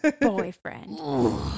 boyfriend